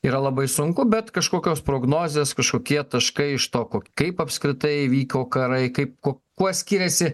yra labai sunku bet kažkokios prognozės kažkokie taškai iš to ko kaip apskritai vyko karai kaip ko kuo skiriasi